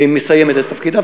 והיא מסיימת את תפקידה,